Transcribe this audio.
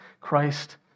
Christ